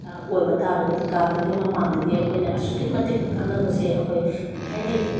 ꯑꯣꯏꯕ ꯇꯥꯔꯒꯗꯤ ꯀꯥꯔꯗꯇꯨꯒꯤ ꯃꯄꯥꯟꯗꯒꯤ ꯑꯩꯈꯣꯏꯅ ꯑꯁꯨꯛꯀꯤ ꯃꯇꯤꯛ ꯀꯥꯟꯅꯕꯁꯦ ꯑꯩꯈꯣꯏ ꯍꯥꯏꯗꯤ